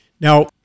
Now